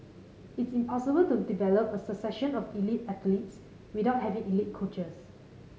it's impossible to develop a succession of elite athletes without having elite coaches